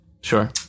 Sure